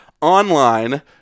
online